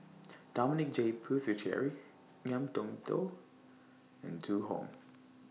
Dominic J Puthucheary Ngiam Tong Dow and Zhu Hong